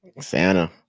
Santa